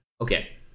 Okay